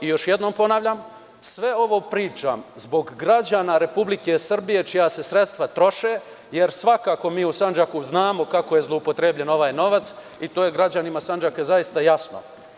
Još jednom ponavljam, sve ovo pričam zbog građana Republike Srbije čija se sredstva troše, jer svakako mi u Sandžaku znamo kako je zloupotrebljen ovaj novac i to je građanima Sandžaka jasno.